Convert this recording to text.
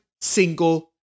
single